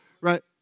Right